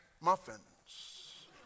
muffins